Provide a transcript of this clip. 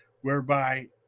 whereby